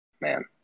Man